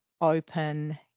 open